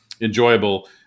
enjoyable